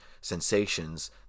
sensations